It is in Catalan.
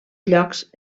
llocs